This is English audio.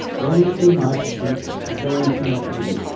don't eat too much and and don't eat too much meat.